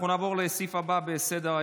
אנחנו נעבור לסעיף הבא בסדר-היום,